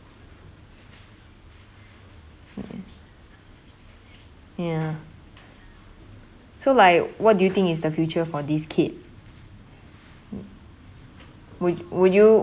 ya so like what do you think is the future for this kid would would you